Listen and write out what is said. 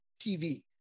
tv